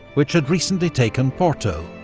which had recently taken porto.